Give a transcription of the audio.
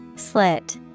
Slit